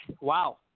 Wow